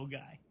guy